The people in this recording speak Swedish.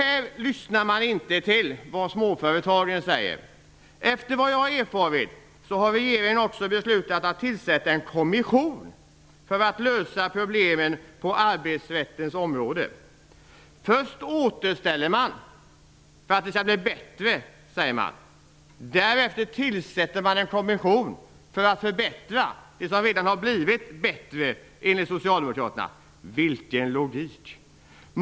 Man lyssnar inte till vad småföretagarna säger. Efter vad jag erfarit har regeringen också beslutat att tillsätta en kommission för att lösa problemen på arbetsrättens område. Först återställer man för att det skall bli bättre. Därefter tillsätter man en kommission för att förbättra det som redan har blivit bättre enligt socialdemokraterna. Vilken logik!